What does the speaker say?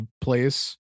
place